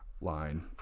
line